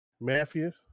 Mafia